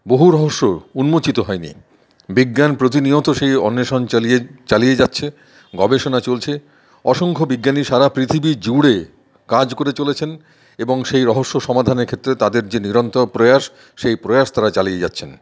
বহু রহস্য উন্মোচিত হয় নি বিজ্ঞান প্রতিনিয়ত সেই অন্বেষণ চালিয়ে চালিয়ে যাচ্ছে গবেষণা চলছে অসংখ্য বিজ্ঞানী সারা পৃথিবী জুড়ে কাজ করে চলেছেন এবং সেই রহস্য সমাধানের ক্ষেত্রে তাদের যে নিরন্তর প্রয়াস সেই প্রয়াস তারা চালিয়ে যাচ্ছেন